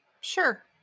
Sure